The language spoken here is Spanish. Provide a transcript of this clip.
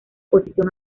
posición